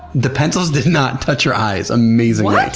the pencils did not touch her eyes amazingly.